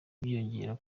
byiyongera